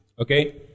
Okay